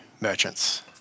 merchants